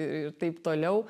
ir taip toliau